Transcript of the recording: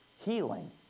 Healing